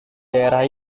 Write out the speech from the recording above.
daerah